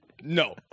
no